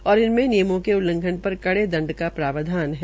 और इसमें नियमों के उल्लघंन पर कड़े दंड का प्रावधान है